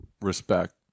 Respect